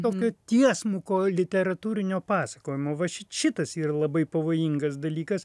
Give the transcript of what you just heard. tokio tiesmuko literatūrinio pasakojimo va ši šitas ir labai pavojingas dalykas